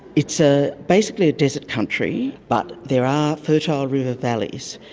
it's ah basically a desert country but there are fertile river valleys,